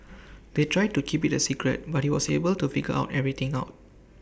they tried to keep IT A secret but he was able to figure out everything out